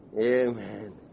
Amen